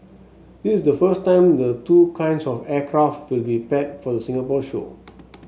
this is the first time the two kinds of aircraft will be paired for the Singapore show